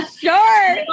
sure